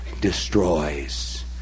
destroys